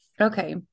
Okay